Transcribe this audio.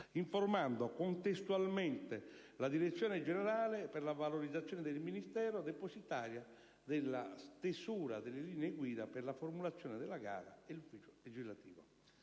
informando contestualmente la direzione generale per la valorizzazione del Ministero, depositaria della stesura delle linee guida per la formulazione della gara e l'ufficio legislativo.